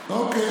אוקיי,